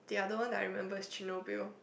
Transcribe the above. the other one that I remember is Chernobyl